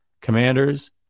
Commanders